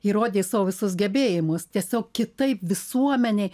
įrodė savo visus gebėjimus tiesiog kitaip visuomenei